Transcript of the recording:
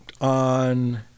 on